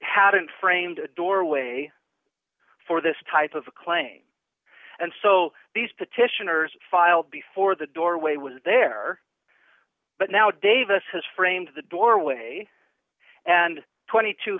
hadn't framed a doorway for this type of a claim and so these petitioners filed before the doorway was there but now davis has framed the doorway and tw